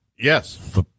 Yes